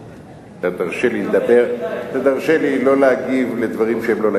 אתה תרשה לי לא להגיב על דברים שהם לא לעניין,